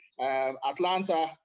Atlanta